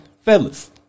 fellas